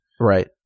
Right